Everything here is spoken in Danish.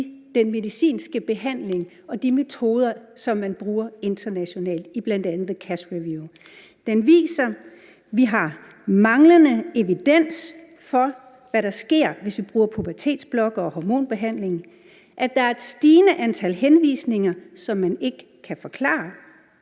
den medicinske behandling og de metoder, som man bruger internationalt, i bl.a. The Cass Review. Det viser, at vi har manglende evidens for, hvad der sker, hvis vi bruger på pubertetsblokkere og hormonbehandling, at der er et stigende antal henvisninger, som man ikke kan forklare,